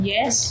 Yes